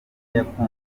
yakunzwe